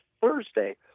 Thursday